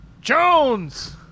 Jones